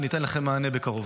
ואתן לכם מענה בקרוב.